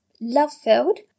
love-filled